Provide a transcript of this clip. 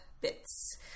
Bits